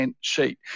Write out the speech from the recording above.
sheet